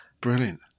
Brilliant